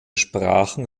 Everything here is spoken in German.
sprachen